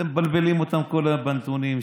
אתם מבלבלים אותם כל היום בנתונים,